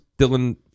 Dylan